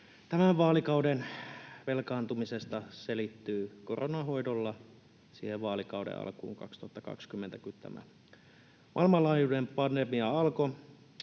tämän vaalikauden velkaantumisesta selittyy koronan hoidolla siihen vaalikauden alkuun 2020, kun tämä maailmanlaajuinen pandemia alkoi.